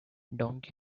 donkey